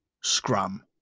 Scrum